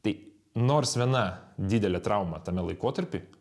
tai nors viena didelė trauma tame laikotarpy